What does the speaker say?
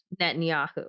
Netanyahu